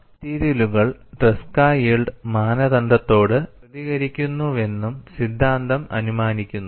മെറ്റീരിയലുകൾ Tresca yield മാനദണ്ഡത്തോടു പ്രതികരിക്കുന്നുവെന്നും സിദ്ധാന്തം അനുമാനിക്കുന്നു